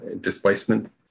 displacement